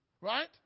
Right